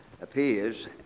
appears